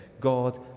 God